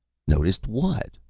noticed what?